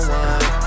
one